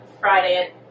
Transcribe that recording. Friday